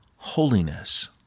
Holiness